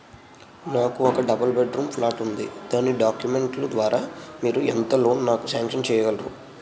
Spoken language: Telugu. నాకు ఒక డబుల్ బెడ్ రూమ్ ప్లాట్ ఉంది దాని డాక్యుమెంట్స్ లు ద్వారా మీరు ఎంత లోన్ నాకు సాంక్షన్ చేయగలరు?